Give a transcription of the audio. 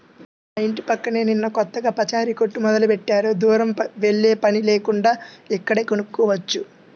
మా యింటి పక్కనే నిన్న కొత్తగా పచారీ కొట్టు మొదలుబెట్టారు, దూరం వెల్లేపని లేకుండా ఇక్కడే కొనుక్కోవచ్చు